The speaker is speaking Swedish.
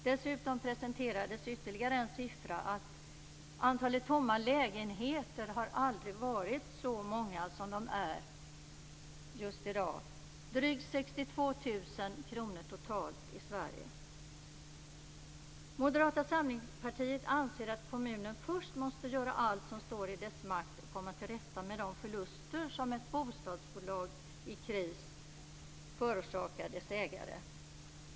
Dessutom presenterades ytterligare en siffra, som visar att antalet tomma lägenheter aldrig har varit så stort som i dag, nämligen drygt 62 000. Moderata samlingspartiet anser att kommunen först måste göra allt som står i dess makt för att komma till rätta med de förluster som ett bostadsbolag i kris förorsakar dess ägare.